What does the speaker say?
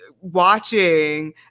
watching